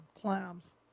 clams